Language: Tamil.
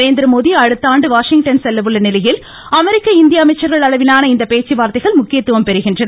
நரேந்திரமோடி அடுத்த ஆண்டு வாஷிங்டன் செல்ல உள்ள நிலையில் அமெரிக்க இந்திய அமைச்சர்கள் அளவிலான இந்த பேச்சுவார்த்தைகள் முக்கியத்துவம் பெறுகின்றன